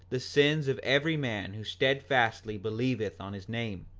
the sins of every man who steadfastly believeth on his name.